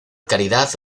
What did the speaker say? caridad